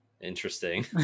Interesting